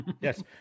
Yes